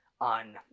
on